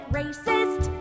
racist